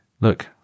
Look